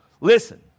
listen